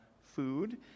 food